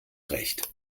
recht